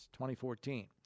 2014